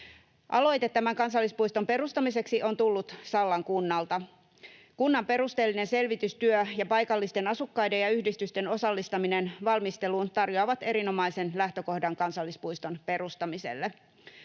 Aloite tämän kansallispuiston perustamiseksi on tullut Sallan kunnalta. Kunnan perusteellinen selvitystyö ja paikallisten asukkaiden ja yhdistysten osallistaminen valmisteluun tarjoavat erinomaisen lähtökohdan kansallispuiston perustamiselle.